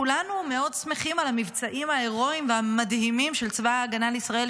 כולנו מאוד שמחים על המבצעים ההירואיים והמדהימים של צבא ההגנה לישראל,